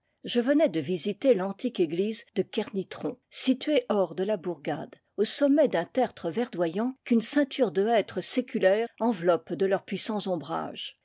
je venais de visiter l'antique église de kernitron située hors de la bourgade au sommet d'un tertre verdoyant qu'une ceinture de hêtres séculaires enveloppent de leurs puissants